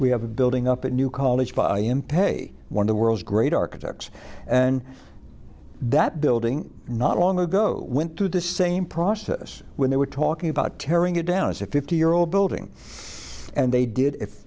we have a building up a new college by him pay one of the world's great architects and that building not long ago went to the same process when they were talking about tearing it down as a fifty year old building and they did i